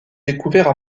découverts